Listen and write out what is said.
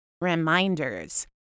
reminders